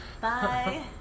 Bye